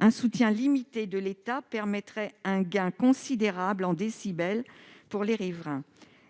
Un soutien limité de l'État permettrait un gain considérable en décibels pour les riverains.